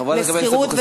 חברת הכנסת אבקסיס,